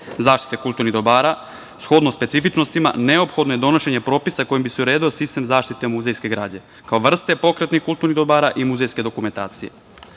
zaštite kulturnih dobara, shodno specifičnostima, neophodno je donošenje propisa kojim bi se uredio sistem zaštite muzejske građe kao vrste pokretnih kulturnih dobara i muzejske dokumentacije. Usvajanjem